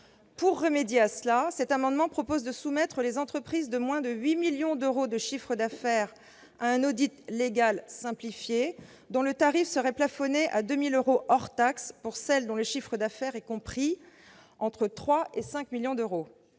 Pour y remédier, les auteurs de l'amendement proposent de soumettre les entreprises réalisant moins de 8 millions d'euros de chiffre d'affaires à un audit légal simplifié, dont le tarif serait plafonné à 2 000 euros hors taxes pour celles dont le chiffre d'affaires est compris entre 3 et 5 millions d'euros,